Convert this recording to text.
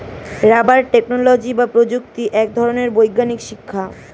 rubber technology বা প্রযুক্তি এক ধরনের বৈজ্ঞানিক শিক্ষা